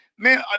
Man